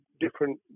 different